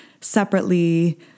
separately